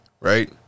right